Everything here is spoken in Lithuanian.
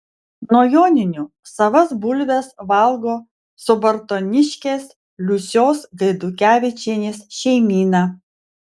nuo joninių savas bulves valgo subartoniškės liusios gaidukevičienės šeimyna